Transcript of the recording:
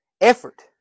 effort